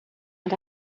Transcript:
and